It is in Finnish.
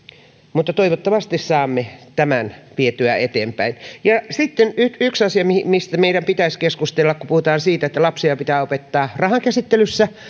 toivottavasti saamme tämän vietyä eteenpäin sitten yksi asia mistä meidän pitäisi keskustella kun puhutaan siitä että lapsia pitää opettaa rahan käsittelyssä ja